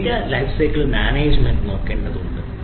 data lifecycle management നോക്കേണ്ടതുണ്ട്